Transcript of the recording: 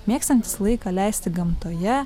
mėgstantys laiką leisti gamtoje